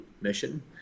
mission